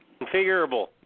Configurable